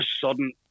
sudden